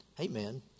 Amen